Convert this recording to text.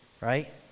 right